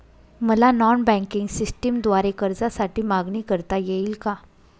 मला non banking सिस्टमद्वारे कर्जासाठी मागणी करता येईल का?